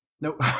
Nope